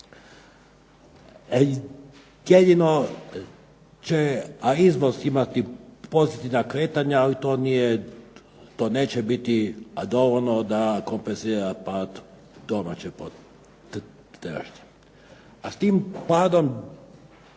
Jedino će izvoz imati pozitivna kretanja i to nije, to neće biti dovoljno da kompenzira pad domaće potražnje.